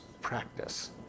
practice